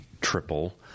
triple